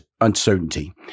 uncertainty